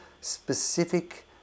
specific